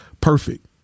Perfect